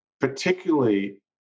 particularly